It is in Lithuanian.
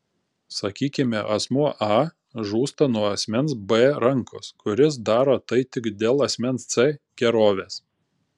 sakykime asmuo a žūsta nuo asmens b rankos kuris daro tai tik dėl asmens c gerovės